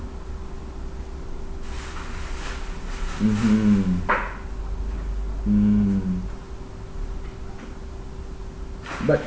mmhmm mm but